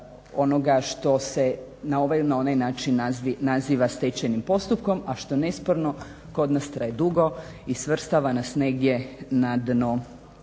onoga što se na ovaj ili na onaj način naziva stečajnim postupkom, a što nesporno kod nas traje dugo i svrstava nas negdje na dno